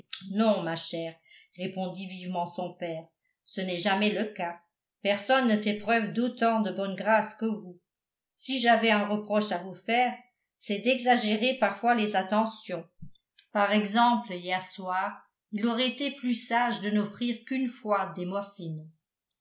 non ma chère répondit vivement son père ce n'est jamais le cas personne ne fait preuve d'autant de bonne grâce que vous si j'avais un reproche à vous faire c'est d'exagérer parfois les attentions par exemple hier soir il aurait été plus sage de n'offrir qu'une fois des muffins